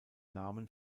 namen